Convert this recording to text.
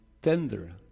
Tender